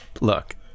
look